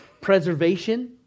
preservation